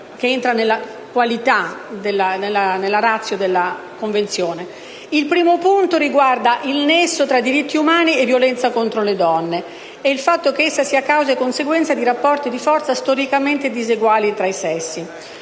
il primo punto riguarda il nesso tra diritti umani e violenza contro le donne e il fatto che essa sia causa e conseguenza dei rapporti di forza storicamente diseguali tra i sessi.